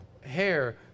Hair